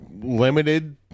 limited